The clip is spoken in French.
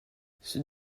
ceux